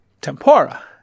tempura